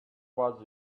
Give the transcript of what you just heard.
was